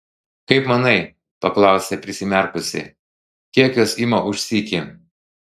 kaip manai paklausė prisimerkusi kiek jos ima už sykį